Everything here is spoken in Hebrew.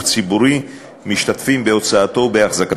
ציבורי משתתפים בהוצאותיו ובהחזקתו.